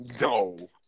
no